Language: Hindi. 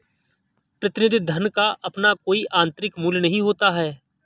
प्रतिनिधि धन का अपना कोई आतंरिक मूल्य नहीं होता है